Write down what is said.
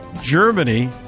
Germany